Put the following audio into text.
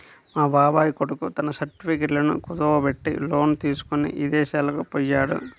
మా బాబాయ్ కొడుకు తన సర్టిఫికెట్లను కుదువబెట్టి లోను తీసుకొని ఇదేశాలకు పొయ్యాడు